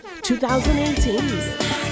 2018